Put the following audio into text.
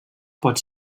pot